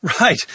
Right